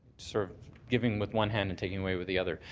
sort of giving with one hand and taking away with the other.